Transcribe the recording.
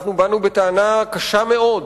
אנחנו באנו בטענה קשה מאוד